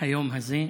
היום הזה.